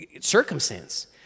circumstance